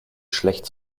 schlecht